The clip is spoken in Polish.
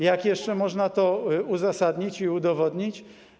Jak jeszcze można to uzasadnić i udowodnić?